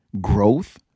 growth